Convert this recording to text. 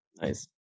nice